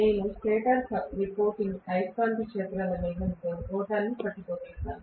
నేను stator reporting అయస్కాంత క్షేత్రాల వేగంతో రోటర్ను పట్టుకోగలుగుతాను